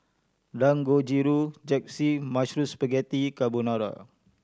Dangojiru Japchae Mushroom Spaghetti Carbonara